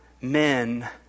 men